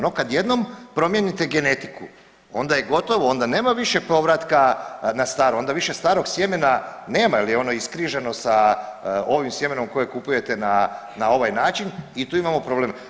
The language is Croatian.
No kad jednom promijenite genetiku onda je gotovo onda nema više povratka na staro onda više starog sjemena nema jel je ono iskrižano sa ovim sjemenom koji kupujete na ovaj način i tu imamo problem.